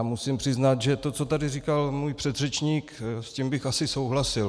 Musím přiznat, že co tady říkal můj předřečník, s tím bych asi souhlasil.